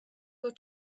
your